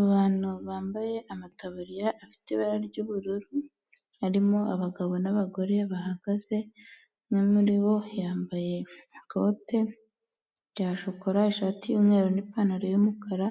Abantu bambaye amatabariya afite ibara ry'ubururu, harimo abagabo n'abagore bahagaze, umwe muri bo yambaye ikote rya shokora, ishati y'umweru n'ipantaro y'umukara,